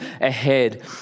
ahead